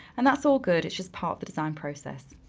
and that's all good, it's just part of the design process.